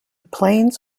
plains